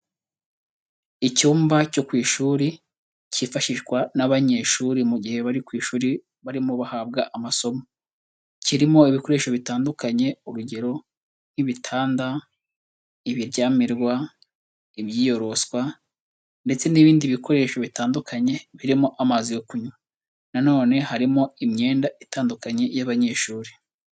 Icyumba cyo ku ishuri cyifashishwa n'abanyeshuri mu gihe bari ku ishuri barimo bahabwa amasomo, kirimo ibikoresho bitandukanye urugero nk'ibitanda, ibiryamirwa, ibyiyoroswa ndetse n'ibindi bikoresho bitandukanye, birimo amazi yo kunywa na none harimo imyenda itandukanye y'abanyeshuri.